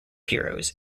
heroes